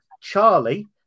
Charlie